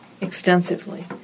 extensively